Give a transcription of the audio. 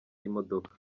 imodoka